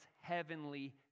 heavenly